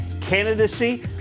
candidacy